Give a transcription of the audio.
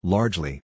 Largely